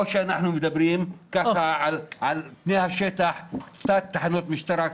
שאנחנו מדברים ככה על פני השטח קצת תחנות משטרה,